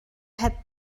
had